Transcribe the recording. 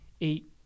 eight